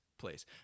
place